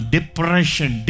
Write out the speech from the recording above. Depression